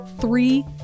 three